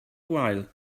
while